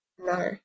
No